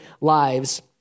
lives